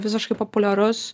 visiškai populiarus